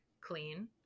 clean